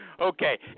Okay